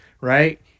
right